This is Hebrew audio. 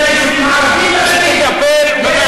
אתה ראית מה ההבדל בין